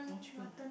more chicken ah